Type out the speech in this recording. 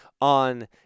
on